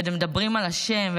מדברים על השם,